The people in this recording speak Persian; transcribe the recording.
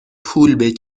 پول